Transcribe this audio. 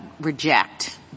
reject